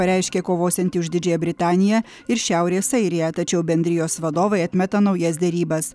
pareiškė kovosianti už didžiąją britaniją ir šiaurės airiją tačiau bendrijos vadovai atmeta naujas derybas